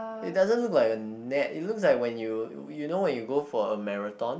it doesn't look like a net it looks like when you you know when you go for a marathon